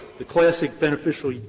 the classic beneficial the